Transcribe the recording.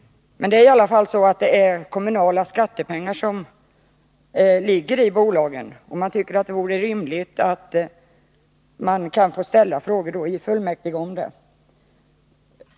Men det är ändå kommunala skattepengar som ligger i bolaget, och jag tycker att det vore rimligt att få ställa frågor i kommunfullmäktige i ärendet.